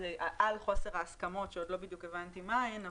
על חוסר ההסכמות שעוד לא בדיוק הבנתי מהן,